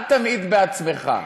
אל תמעיט בעצמך.